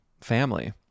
family